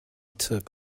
took